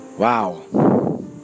Wow